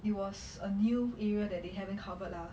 it was a new area that they haven't covered lah